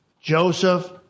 Joseph